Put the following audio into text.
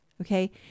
okay